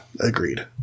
Agreed